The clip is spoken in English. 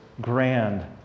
grand